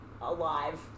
alive